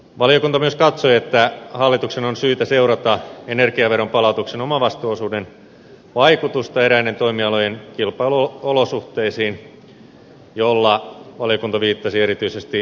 valiokunta myös katsoi että hallituksen on syytä seurata energiaveron palautuksen omavastuuosuuden vaikutusta eräiden toimialojen kilpailuolosuhteisiin joilla valiokunta viittasi erityisesti energiaintensiiviseen kasvihuoneviljelyyn